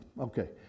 okay